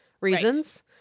reasons